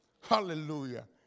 Hallelujah